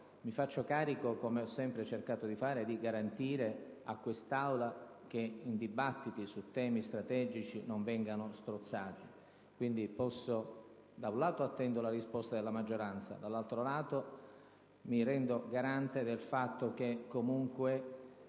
mi faccio carico, come ho sempre cercato di fare, di garantire all'Assemblea che i dibattiti su temi strategici non vengano strozzati. Quindi, da un lato attendo la risposta della maggioranza e, dall'altro, mi rendo garante del fatto che comunque,